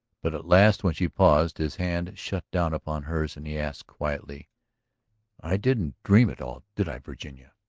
but at last when she paused his hand shut down upon hers and he asked quietly i didn't dream it all, did i, virginia?